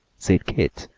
said keith.